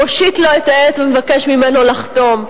מושיט לו את העט ומבקש ממנו לחתום,